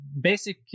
basic